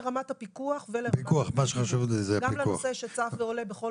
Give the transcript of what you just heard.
לרמת הפיקוח וגם לנושא שצף ועולה בכל